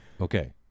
Okay